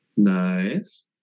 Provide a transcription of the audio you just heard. nice